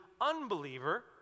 unbeliever